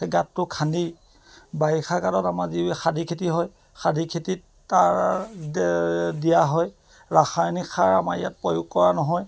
সেই গাঁতটো খান্দি বাৰিষা কালত আমাৰ যি শালি খেতি হয় শালি খেতিত তাৰ দিয়া হয় ৰাসায়নিক সাৰ আমাৰ ইয়াত প্ৰয়োগ কৰা নহয়